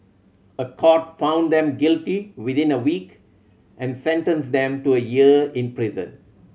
a court found them guilty within a week and sentenced them to a year in prison